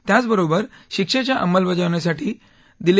त्याच बरोबर शिक्षेच्या अंमलबजावणीसाठी दिले